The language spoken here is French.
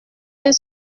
elle